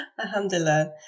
Alhamdulillah